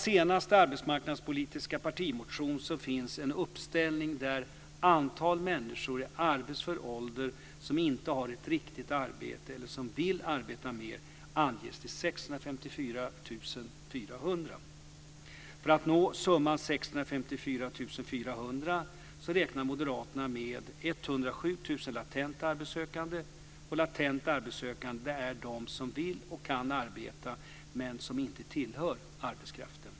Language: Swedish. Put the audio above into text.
För att nå summan 654 400 räknar moderaterna med 107 000 latent arbetssökande. Latent arbetssökande är de som vill och kan arbeta men som inte tillhör arbetskraften.